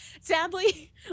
Sadly